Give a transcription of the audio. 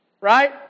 right